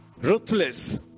ruthless